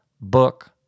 book